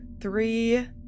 three